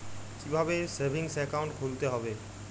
কীভাবে savings account খুলতে হবে?